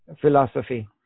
philosophy